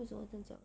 为什么这样讲